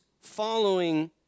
following